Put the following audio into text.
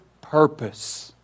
purpose